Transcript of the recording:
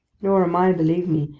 nor am i, believe me,